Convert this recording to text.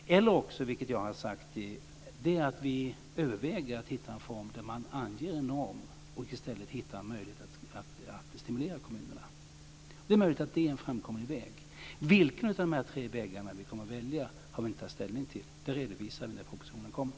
Nästa möjlighet är, vilket jag har sagt, att vi överväger att hitta en form där man anger en norm och i stället hittar en möjlighet att stimulera kommunerna. Det är möjligt att det är en framkomlig väg. Vilken av de här tre vägarna vi kommer att välja har vi inte tagit ställning till. Det redovisar vi när propositionen kommer.